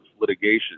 litigation